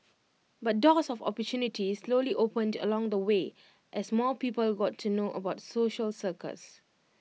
but doors of opportunity slowly opened along the way as more people got to know about social circus